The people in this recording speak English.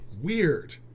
Weird